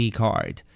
card